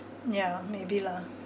yeah maybe lah